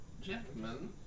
Gentlemen